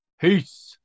peace